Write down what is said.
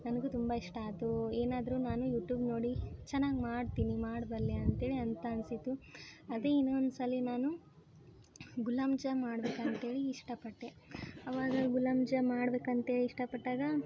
ನನಗೂ ತುಂಬ ಇಷ್ಟ ಆಯ್ತು ಏನಾದರೂ ನಾನು ಯುಟೂಬ್ ನೋಡಿ ಚೆನ್ನಾಗಿ ಮಾಡ್ತೀನಿ ಮಾಡಬಲ್ಲೆ ಅಂತೇಳಿ ಅಂತ ಅನಿಸಿತು ಅದೇ ಇನ್ನೊಂದು ಸಲ ನಾನು ಗುಲಾಬ್ ಜಾಮ್ ಮಾಡ್ಬೇಕು ಅಂತೇಳಿ ಇಷ್ಟಪಟ್ಟೆ ಅವಾಗ ಗುಲಾಬ್ ಜಾಮ್ ಮಾಡ್ಬೇಕು ಅಂತೇಳಿ ಇಷ್ಟಪಟ್ಟಾಗ